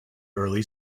early